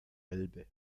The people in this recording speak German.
elbe